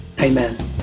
amen